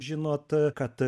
žinot kad